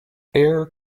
air